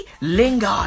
Lingard